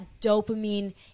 dopamine